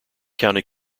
county